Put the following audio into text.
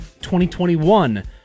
2021